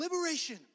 liberation